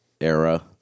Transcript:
era